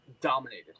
dominated